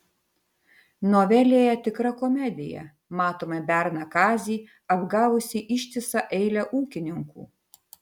novelėje tikra komedija matome berną kazį apgavusį ištisą eilę ūkininkų